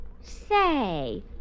Say